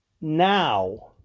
now